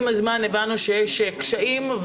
עם הזמן הבנו שיש קשיים,